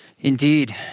Indeed